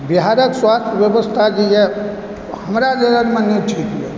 बिहारके स्वास्थ्य व्यवस्था जे यऽ हमरा नजरिमे नहि ठीक यऽ